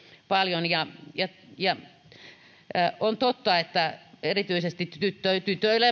paljon on totta että erityisesti tytöillä tytöillä